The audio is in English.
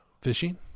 fishing